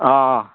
अ